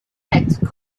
effect